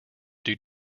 due